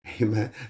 Amen